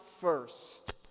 first